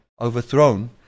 overthrown